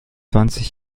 zwanzig